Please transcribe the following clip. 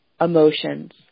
emotions